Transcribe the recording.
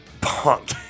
punk